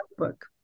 notebook